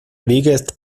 biggest